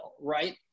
right